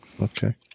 Okay